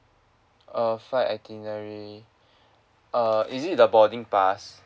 uh flight itinerary uh is it the boarding pass